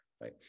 right